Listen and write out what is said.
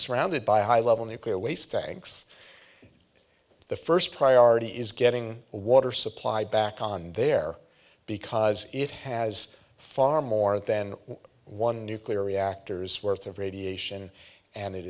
surrounded by a high level nuclear waste thanks the first priority is getting a water supply back on there because it has far more than one nuclear reactors worth of radiation and it